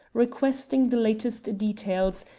requesting the latest details,